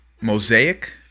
Mosaic